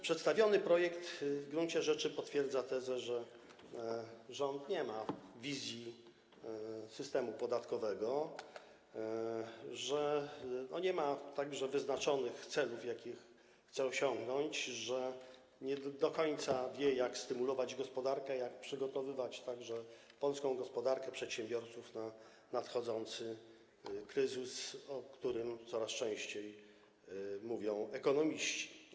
Przedstawiony projekt w gruncie rzeczy potwierdza tezę, że rząd nie ma wizji systemu podatkowego ani wyznaczonych celów, jakie chce osiągnąć, że nie do końca wie, jak stymulować gospodarkę, jak przygotowywać także polską gospodarkę, przedsiębiorców na nadchodzący kryzys, o którym coraz częściej mówią ekonomiści.